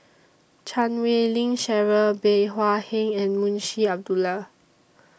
Chan Wei Ling Cheryl Bey Hua Heng and Munshi Abdullah